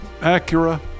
Acura